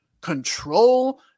control